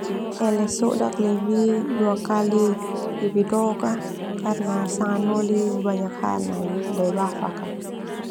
Hele sodak lebi dua kali lebih dok ka karena sanga anoli banyak hal nai daebafak ka.